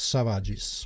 Savages